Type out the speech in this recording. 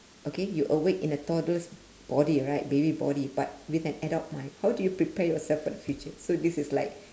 okay you awake in a toddler's body right baby body but with an adult mind how do you prepare yourself for the future so this is like